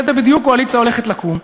איזו קואליציה הולכת לקום בדיוק.